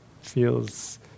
feels